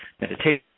meditation